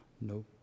Nope